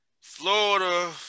Florida